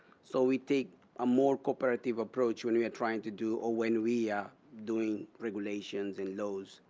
so we take a more cooperative approach when we are trying to do or when we're doing regulations and lowe's